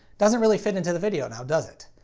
doesn't really fit into the video, now does it?